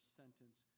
sentence